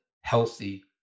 healthy